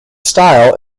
style